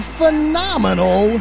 phenomenal